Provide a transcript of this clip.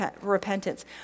repentance